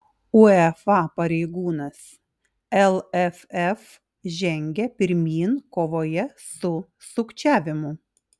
uefa pareigūnas lff žengia pirmyn kovoje su sukčiavimu